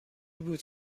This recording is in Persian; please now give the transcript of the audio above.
بود